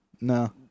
No